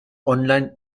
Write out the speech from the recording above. online